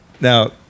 now